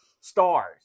stars